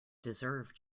deserve